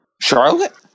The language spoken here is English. Charlotte